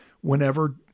whenever